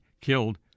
killed